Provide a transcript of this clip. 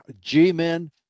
G-men